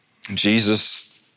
Jesus